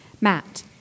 Matt